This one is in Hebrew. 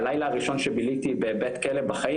הלילה הראשון שביליתי בבית כלא בחיים,